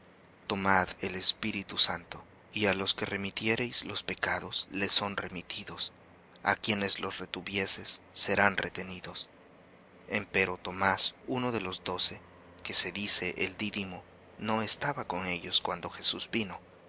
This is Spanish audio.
tomad el espíritu santo a los que remitiereis los pecados les son remitidos á quienes los retuviereis serán retenidos empero tomás uno de los doce que se dice el dídimo no estaba con ellos cuando jesús vino